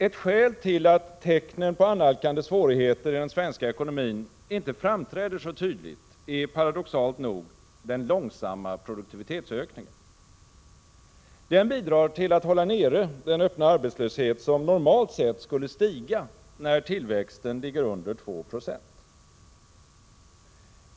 Ett skäl till att tecknen på annalkande svårigheter i den svenska ekonomin inte framträder så tydligt är paradoxalt nog den långsamma produktivitetsökningen. Den bidrar till att hålla nere den öppna arbetslöshet som normalt sett skulle stiga när tillväxten ligger under 2 96.